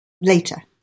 later